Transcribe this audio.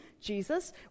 Jesus